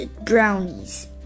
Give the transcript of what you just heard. brownies